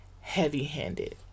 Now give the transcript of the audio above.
heavy-handed